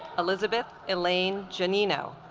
elizabeth elaine jeanine oh